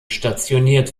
stationiert